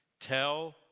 Tell